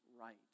right